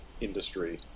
industry